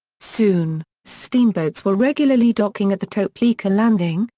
soon, steamboats were regularly docking at the topeka landing,